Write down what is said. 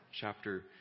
chapter